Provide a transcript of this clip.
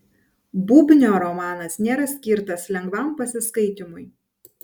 bubnio romanas nėra skirtas lengvam pasiskaitymui